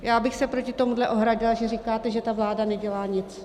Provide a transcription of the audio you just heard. Já bych se proti tomuhle ohradila, že říkáte, že ta vláda nedělá nic.